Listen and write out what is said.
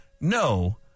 No